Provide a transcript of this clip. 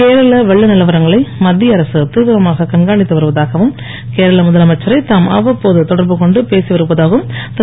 கேரள வெள்ள நிலவரங்களை மத்திய அரசு தீவிரமாக கண்காணித்து வருவதாகவும் கேரள முதலமைச்சரை தாம் அவ்வப்போது தொடர்பு கொண்டு பேசி வருவதாகவும் திரு